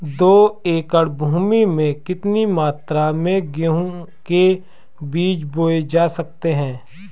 दो एकड़ भूमि में कितनी मात्रा में गेहूँ के बीज बोये जा सकते हैं?